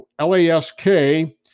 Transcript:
LASK